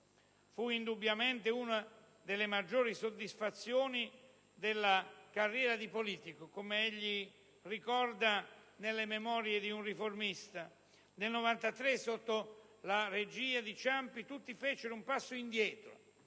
Fu indubbiamente una delle maggiori soddisfazioni della sua carriera di politico, come egli stesso ricorda ne «La memoria di un riformista». Nel 1993, sotto la regia di Ciampi, tutti fecero un passo indietro,